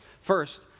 First